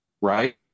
right